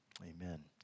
Amen